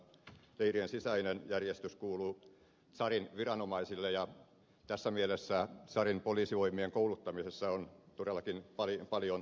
leirien sisäinen järjestys kuuluu tsadin viranomaisille ja tässä mielessä tsadin poliisivoimien kouluttamisessa on todellakin paljon tehtävää